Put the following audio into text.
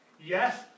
Yes